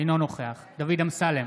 אינו נוכח דוד אמסלם,